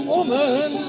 Woman